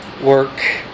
work